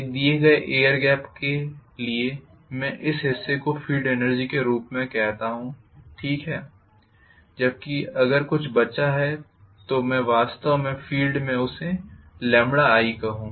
एक दिए गए एयर गेप के लिए मैं इस हिस्से को फील्ड एनर्जी के रूप में कहता हूं ठीक है जबकि अगर कुछ बचा है तो अगर मैं वास्तव में उसे i कहूं